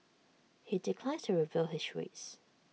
he declines to reveal his rates